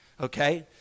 Okay